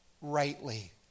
rightly